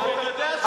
זו חוצפה.